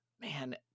man